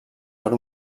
per